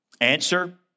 Answer